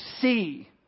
see